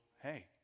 hey